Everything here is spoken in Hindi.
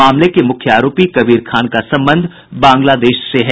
मामले का मुख्य आरोपी कबीर खान का संबंध बांग्लादेश से है